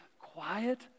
Quiet